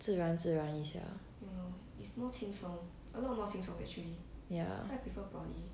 自然自然一下 lah ya